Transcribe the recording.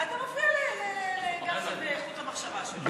אתה מפריע לגפני בחוט המחשבה שלו, מספיק.